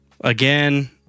again